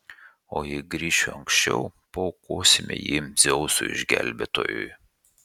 o jei grįšiu anksčiau paaukosime jį dzeusui išgelbėtojui